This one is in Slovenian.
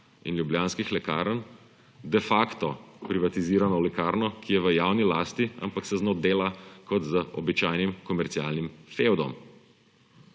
in Ljubljanskih lekarn, de facto privatizirano lekarno, ki je v javni lasti, ampak se z njo dela kot z običajnim komercialnim fevdom.